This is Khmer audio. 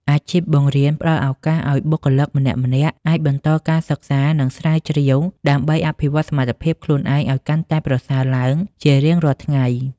អាជីពបង្រៀនផ្តល់ឱកាសឱ្យបុគ្គលម្នាក់ៗអាចបន្តការសិក្សា និងស្រាវជ្រាវដើម្បីអភិវឌ្ឍសមត្ថភាពខ្លួនឯងឱ្យកាន់តែប្រសើរឡើងជារៀងរាល់ថ្ងៃ។